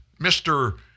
Mr